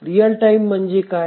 real time म्हणजे काय